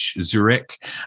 Zurich